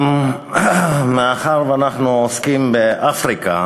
מאחר שאנחנו עוסקים באפריקה,